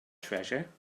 treasure